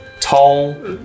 Tall